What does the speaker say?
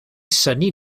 synnu